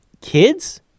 Kids